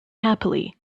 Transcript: happily